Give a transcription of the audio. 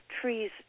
trees